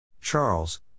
Charles